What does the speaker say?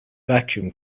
vacuum